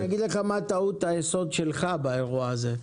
אגיד לך מה טעות היסוד שלך באירוע הזה.